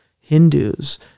Hindus